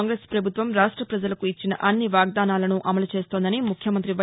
కాంగ్రెస్ పభుత్వం రాష్ట పజలకు ఇచ్చిన అన్నివాగ్దానాలను అమలుచేస్తోందని ముఖ్యమంగ్రి వై